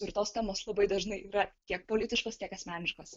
ir tos temos labai dažnai yra tiek politiškos tiek asmeniškos